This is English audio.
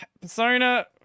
Persona